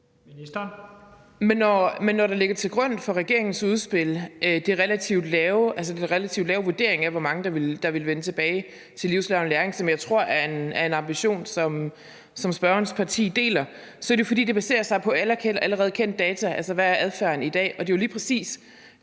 Egelund): Når det ligger til grund for regeringens udspil, at der er den relativt lave vurdering af, hvor mange der vil vende tilbage til livslang læring – som jeg tror er en ambition, som spørgerens parti deler – så er det jo, fordi det baserer sig på allerede kendt data, altså hvad adfærden er i dag. Og det er jo lige præcis